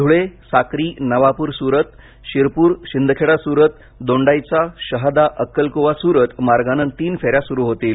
धुळे साक्री नवाप्र सुरत शिरप्र शिंदखेडा सुरत दोंडाईचा शहादा अक्कलकुवा सुरत मार्गाने तीन फेऱ्या सुरू होतील